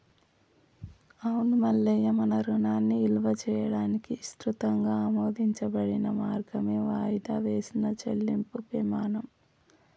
అవును మల్లయ్య మన రుణాన్ని ఇలువ చేయడానికి ఇసృతంగా ఆమోదించబడిన మార్గమే వాయిదా వేసిన చెల్లింపుము పెమాణం